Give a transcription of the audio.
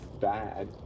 bad